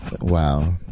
Wow